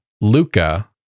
Luca